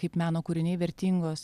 kaip meno kūriniai vertingos